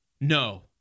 No